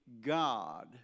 God